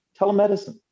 telemedicine